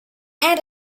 and